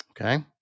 okay